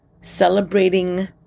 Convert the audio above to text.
celebrating